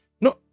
No